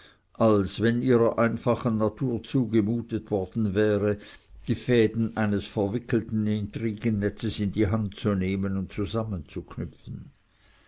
als wenn ihrer einfachen natur zugemutet worden wäre die fäden eines verwickelten intrigennetzes in die hand zu nehmen und